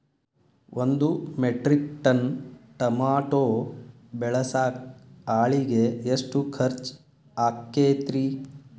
ಒಂದು metric ton tomato ಬೆಳಸಾಕ್ ಆಳಿಗೆ ಎಷ್ಟು ಖರ್ಚ್ ಆಕ್ಕೇತ್ರಿ?